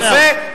יפה.